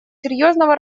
серьезного